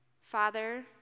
Father